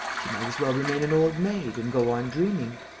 she might as well remain an old maid and go on dreaming.